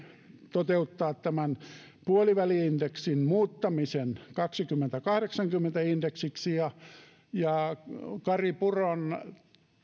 toteuttaa tämän puoliväli indeksin muuttamisen kaksikymmentä viiva kahdeksankymmentä indeksiksi ja ja kari puron